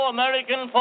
American